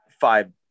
five